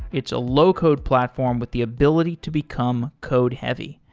it's a low-code platform with the ability to become code-heavy.